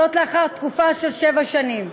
וזאת לאחר תקופה של שבע שנים.